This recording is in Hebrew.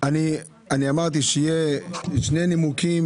אני אמרתי שיהיה שני נימוקים,